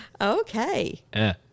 Okay